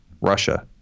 Russia